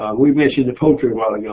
we mentioned a poultry water mill.